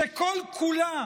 שכל-כולה